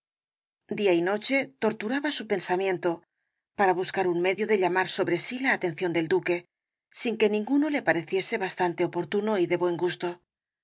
día y noche torturaba su pensamiento para buscar un medio de llamar sobre sí la atención del duque sin que ninguno le pareciese bastante oportuno y de buen gusto